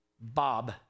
Bob